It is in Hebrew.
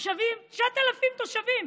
9,000 תושבים,